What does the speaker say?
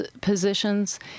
positions